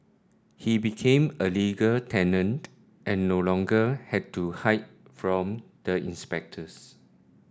he became a legal tenant and no longer had to hide from the inspectors